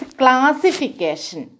classification